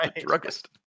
druggist